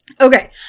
Okay